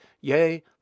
yea